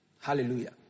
Hallelujah